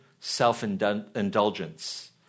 self-indulgence